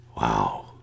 Wow